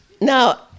Now